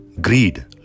greed